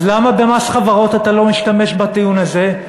אז למה במס חברות אתה לא משתמש בטיעון הזה?